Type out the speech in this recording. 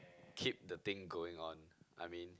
keep the thing going on I mean